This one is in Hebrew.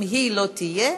אם היא לא תהיה,